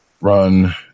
run